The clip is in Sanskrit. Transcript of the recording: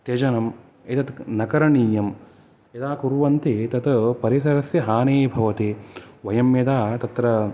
त्यजनम् एतत् न करणीयं यदा कुर्वन्ति तत् परिसरस्य हानिः भवति वयं यदा तत्र